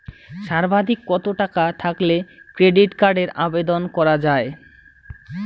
সর্বাধিক কত টাকা থাকলে ক্রেডিট কার্ডের আবেদন করা য়ায়?